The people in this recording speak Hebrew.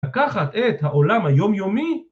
לקחת את העולם היומיומי?